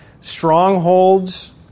strongholds